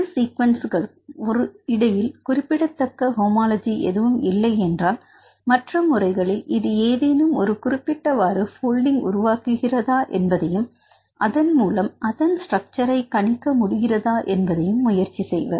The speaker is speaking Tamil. இரு சீக்வென்ஸ்களுக்கும் இடையில் குறிப்பிடத்தக்க ஹோமோலஜி எதுவும் இல்லை என்றால் மற்ற முறைகளில் இது ஏதேனும் ஒரு குறிப்பிட்டவாறு போல்டிங் உருவாக்குகிறதா என்பதையும் அதன் மூலம் அதன் ஸ்ட்ரக்சர்ஐ கணிக்க முடிகிறதா என்பதையும் முயற்சி செய்வர்